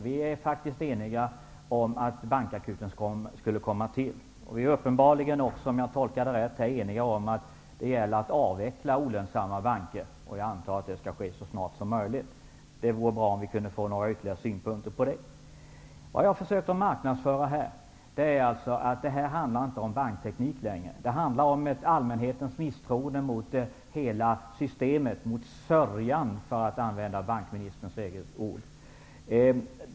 Vi är faktiskt eniga om att bankakuten skall inrättas. Vi är uppenbarligen också eniga om att olönsamma banker skall avvecklas. Jag antar att det skall ske så snart som möjligt. Det vore bra om jag kunde få några ytterligare synpunkter på detta. Jag har försökt att marknadsföra att det inte längre handlar om bankteknik. Det handlar om ett allmänhetens misstroende mot hela systemet -- mot ''sörjan'', för att använda bankministerns eget ord.